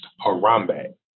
Harambe